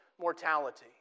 mortality